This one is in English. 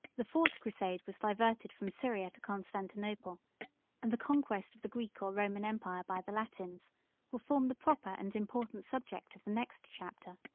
the fourth crusade was diverted from syria to constantinople and the conquest of the greek or roman empire by the latins will form the proper and important subject of the next chapter.